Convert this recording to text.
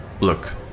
Look